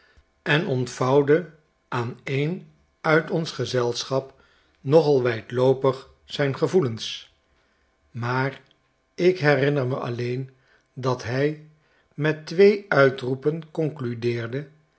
en ontvouwde aan een uit ons gezelschap nogal wijdloopig zijn gevoelens maar ik herinner me alleen dat hij met twee uitroepen concludeerde